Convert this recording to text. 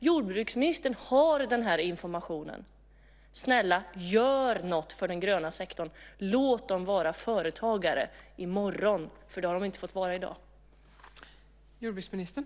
Jordbruksministern har den här informationen. Snälla, gör någonting för den gröna sektorn! Låt jordbrukarna vara företagare i morgon, för det har de inte fått lov att vara i dag.